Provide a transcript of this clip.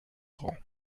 grand